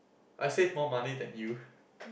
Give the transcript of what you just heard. I save more money than you